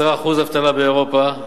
10% אבטלה באירופה,